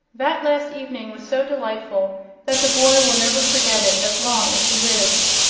that last evening was so delightful that the boy will never forget it as long as he lives.